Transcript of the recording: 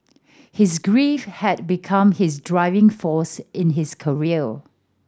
his grief had become his driving force in his career